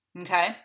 okay